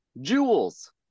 Jewels